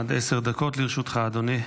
עד עשר דקות לרשותך, אדוני.